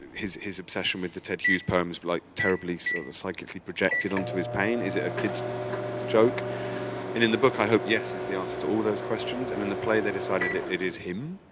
his his obsession with the ted hughes poems like terribly so psychically projected onto his pain? is it a kid's joke? and in the book, i hope yes is the answer to all those questions, and in the play they decided it it is him,